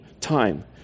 time